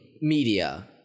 media